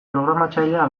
programatzailea